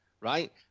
Right